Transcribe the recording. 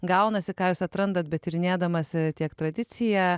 gaunasi ką jūs atrandat betyrinėdamas tiek tradiciją